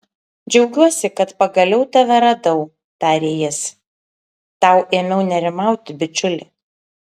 džiaugiuosi kad pagaliau tave radau tarė jis tau ėmiau nerimauti bičiuli